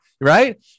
Right